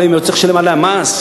הוא צריך לשלם עליה מס?